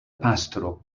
pastro